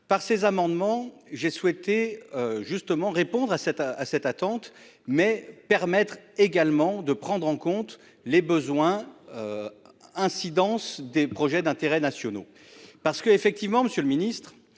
par ces amendements. J'ai souhaité justement répondre à cette à cette attente mais permettre également de prendre en compte les besoins. Incidence des projets d'intérêts nationaux parce que effectivement, Monsieur le Ministre,